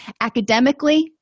Academically